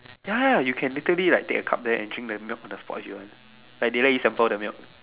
ya you can literally like take a cup there and drink the milk on the spot if you want like they let you sample the milk